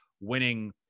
winning